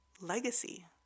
legacy